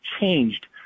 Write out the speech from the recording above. changed